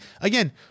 Again